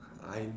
I